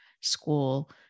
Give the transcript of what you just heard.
school